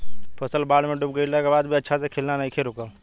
फसल बाढ़ में डूब गइला के बाद भी अच्छा से खिलना नइखे रुकल